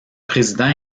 président